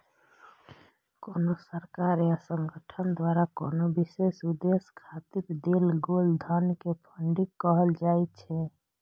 कोनो सरकार या संगठन द्वारा कोनो विशेष उद्देश्य खातिर देल गेल धन कें फंडिंग कहल जाइ छै